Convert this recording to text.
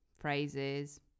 phrases